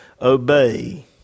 obey